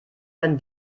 man